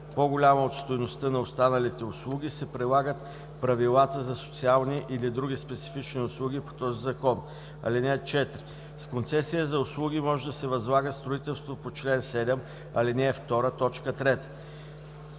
по-голяма от стойността на останалите услуги, се прилагат правилата за социални или други специфични услуги по този Закон. (4) С концесия за услуги може да се възлага строителство по чл. 7, ал. 2, т. 3.